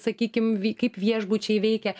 sakykim kaip viešbučiai veikia